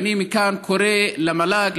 ואני מכאן קורא למל"ג,